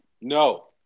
No